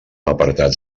apartats